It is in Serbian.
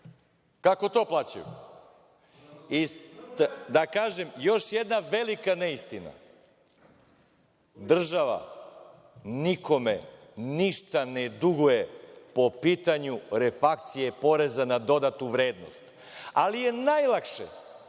kako to plaćaju? Još jedna velika neistina, država nikome ništa ne duguje po pitanju refakcije poreza na dodatu vrednost, ali je najlakše